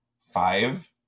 five